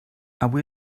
avui